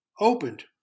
opened